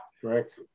Correct